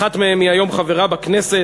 אחת מהם היא היום חברה בכנסת,